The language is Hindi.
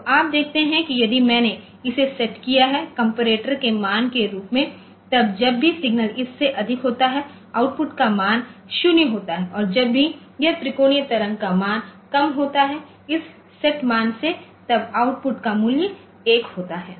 तो आप देखते हैं कि यदि मैंने इसे सेट किया है कंपैरेटर के मान के रूप में तब जब भी सिग्नल इस से अधिक होता है आउटपुट का मान 0 होता है और जब भी यह त्रिकोणीय तरंग का मान कम होता है इस सेट मान से तब आउटपुट का मूल्य 1 होता है